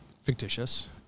fictitious